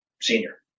senior